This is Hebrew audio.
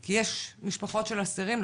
כי יש משפחות של אסירים,